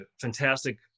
fantastic